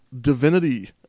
Divinity